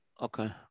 Okay